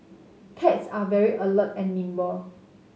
cats are very alert and nimble